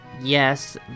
yes